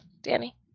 Danny